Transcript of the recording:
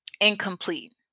incomplete